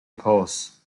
polls